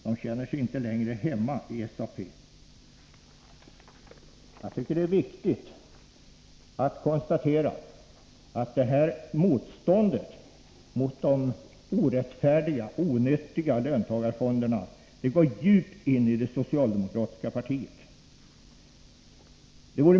De känner sig inte längre hemma i SAP.” Jag tycker det är viktigt att konstatera att motståndet mot de orättfärdiga och onyttiga löntagarfonderna går djupt in i det socialdemokratiska partiet.